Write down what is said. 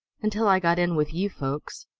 until i got in with you folks.